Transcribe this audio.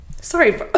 Sorry